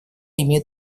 имеет